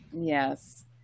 Yes